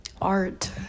Art